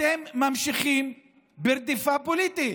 אתם ממשיכים ברדיפה פוליטית.